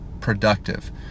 productive